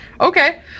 Okay